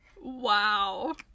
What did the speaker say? Wow